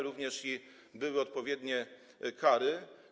Również były odpowiednie kary.